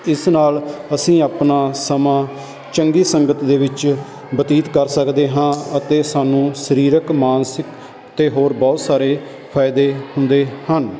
ਇਸ ਨਾਲ ਅਸੀਂ ਆਪਣਾ ਸਮਾਂ ਚੰਗੀ ਸੰਗਤ ਦੇ ਵਿੱਚ ਬਤੀਤ ਕਰ ਸਕਦੇ ਹਾਂ ਅਤੇ ਸਾਨੂੰ ਸਰੀਰਿਕ ਮਾਨਸਿਕ ਅਤੇ ਹੋਰ ਬਹੁਤ ਸਾਰੇ ਫ਼ਾਇਦੇ ਹੁੰਦੇ ਹਨ